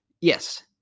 Yes